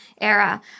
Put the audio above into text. era